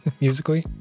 Musically